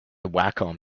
wacom